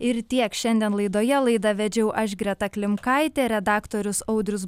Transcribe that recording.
ir tiek šiandien laidoje laidą vedžiau aš greta klimkaitė redaktorius audrius